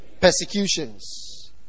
Persecutions